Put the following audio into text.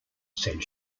said